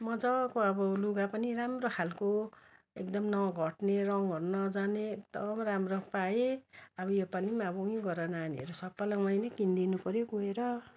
मजाको अब लुगा पनि राम्रो खाले एकदम नघट्ने रङ्गहरू नजाने एकदम राम्रो पाएँ अब यो पालि अब उहीँ गएर नानीहरू सबैलाई उहीँ नै किनिदिनु पर्यो गएर